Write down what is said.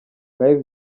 live